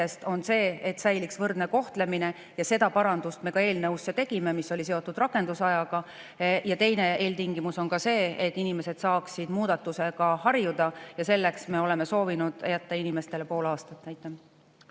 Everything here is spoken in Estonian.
on see, et säiliks võrdne kohtlemine, ja selle paranduse me ka eelnõusse tegime, see oli seotud rakendusajaga. Teine eeltingimus on see, et inimesed saaksid muudatusega harjuda, ja selleks me oleme soovinud jätta inimestele pool aastat.